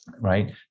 right